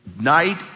Night